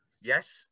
Yes